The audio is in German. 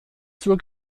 zur